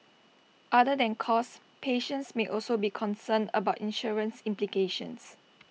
other than cost patients may also be concerned about insurance implications